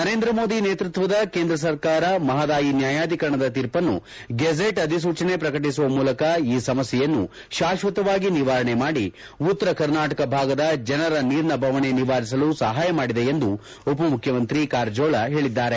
ನರೇಂದ್ರಮೋದಿ ನೇತೃತ್ವದ ಕೇಂದ್ರ ಸರ್ಕಾರ ಮಹದಾಯಿ ನ್ಯಾಯಾಧೀಕರಣದ ತೀರ್ಪನ್ನು ಗೆಜೆಟ್ ಅಧಿಸೂಚನೆ ಪ್ರಕಟಿಸುವ ಮೂಲಕ ಈ ಸಮಸ್ಯೆಯನ್ನು ಶಾಶ್ವತವಾಗಿ ನಿವಾರಣೆ ಮಾಡಿ ಉತ್ತರ ಕರ್ನಾಟಕ ಭಾಗದ ಜನರ ನೀರಿನ ಬವಣೆ ನಿವಾರಿಸಲು ಸಹಾಯ ಮಾಡಿದೆ ಎಂದು ಉಪಮುಖ್ಯಮಂತ್ರಿ ಕಾರಜೋಳ ಹೇಳಿದ್ದಾರೆ